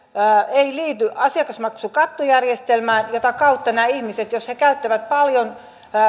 ei liity asiakasmaksukattojärjestelmään jota kautta näillä ihmisillä jos he käyttävät paljon